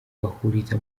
bahuriza